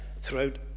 throughout